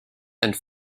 and